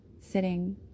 sitting